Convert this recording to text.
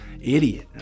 idiot